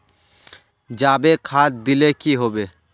जाबे खाद दिले की होबे?